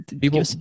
people